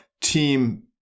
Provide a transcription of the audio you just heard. Team